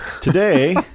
Today